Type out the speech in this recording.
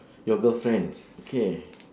your girlfriends okay